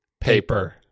paper